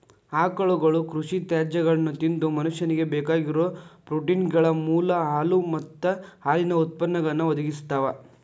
ಆಕಳುಗಳು ಕೃಷಿ ತ್ಯಾಜ್ಯಗಳನ್ನ ತಿಂದು ಮನುಷ್ಯನಿಗೆ ಬೇಕಾಗಿರೋ ಪ್ರೋಟೇನ್ಗಳ ಮೂಲ ಹಾಲು ಮತ್ತ ಹಾಲಿನ ಉತ್ಪನ್ನಗಳನ್ನು ಒದಗಿಸ್ತಾವ